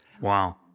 Wow